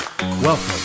Welcome